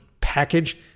package